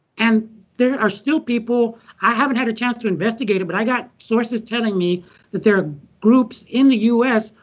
and there are still people i haven't had a chance to investigate it, but i've got sources telling me that there are groups in the u s.